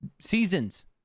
seasons